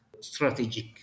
strategic